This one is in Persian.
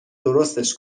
درستش